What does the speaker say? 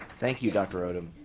thank you dr. odom.